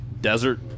desert